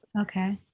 Okay